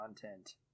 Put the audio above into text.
content